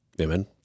Amen